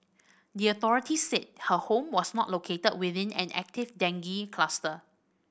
the authorities said her home was not located within an active dengue cluster